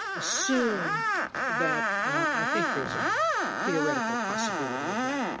assume that i think there's a theoretical possibility of that